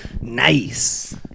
Nice